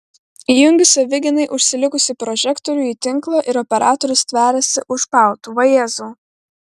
įjungiu savigynai užsilikusį prožektorių į tinklą ir operatorius stveriasi už pautų vajezau